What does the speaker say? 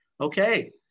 Okay